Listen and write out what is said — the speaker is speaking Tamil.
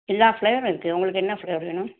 எல்லா ஃப்ளேவரும் இருக்குது உங்களுக்கு என்ன ஃப்ளேவர் வேணும்